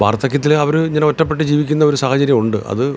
വാർദ്ധക്യത്തിൽ അവറ് ഇങ്ങനെ ഒറ്റപ്പെട്ട് ജീവിക്കുന്ന ഒരു സാഹചര്യം ഉണ്ട് അത്